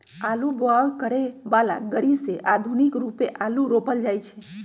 आलू बाओ करय बला ग़रि से आधुनिक रुपे आलू रोपल जाइ छै